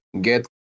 get